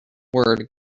word